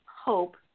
hope